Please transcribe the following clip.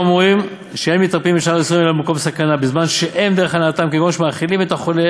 "מנין שאפילו במקום סכנת נפשות אין עוברים על אחת משלוש עבירות אלו,